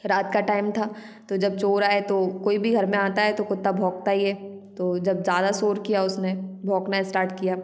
रात का टाइम था तो जब चोर आए तो कोई भी घर में आता है तो कुत्ता भौंकता ही है तो जब ज्यादा शोर किया उसने भौंकना स्टार्ट किया